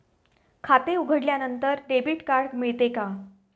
खाते उघडल्यानंतर debit card मिळते का?